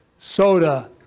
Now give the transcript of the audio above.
Soda